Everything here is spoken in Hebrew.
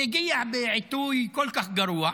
זה הגיע בעיתוי כל כך גרוע,